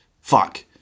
Fuck